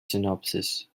synopsis